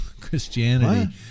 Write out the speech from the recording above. Christianity